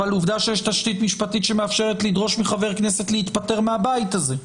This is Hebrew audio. אבל עובדה שיש תשתית משפטית שמאפשרת לדרוש מחבר כנסת להתפטר מהבית הזה.